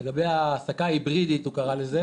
לגבי העסקה היברידית, הוא קרא לזה